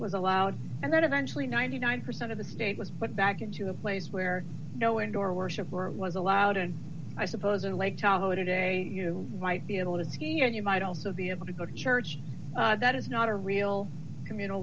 was allowed and then eventually ninety nine percent of the state was but back into a place where no indoor worship was allowed and i suppose in lake tahoe today you might be able to ski and you might also be able to go to church that is not a real communal